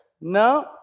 no